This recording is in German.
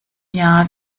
jahr